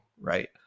Right